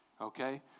Okay